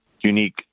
unique